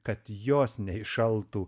kad jos neįšaltų